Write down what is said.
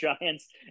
Giants